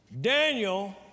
Daniel